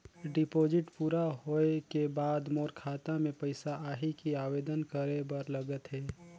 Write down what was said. Deposit पूरा होय के बाद मोर खाता मे पइसा आही कि आवेदन करे बर लगथे?